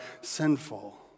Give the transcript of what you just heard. sinful